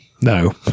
No